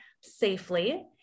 safely